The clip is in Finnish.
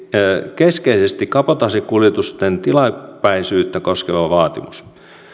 keskeisesti kabotaasikuljetusten tilapäisyyttä koskeva vaatimus